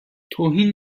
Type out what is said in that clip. توهین